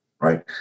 right